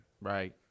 right